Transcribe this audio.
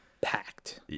packed